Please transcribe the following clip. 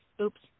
Oops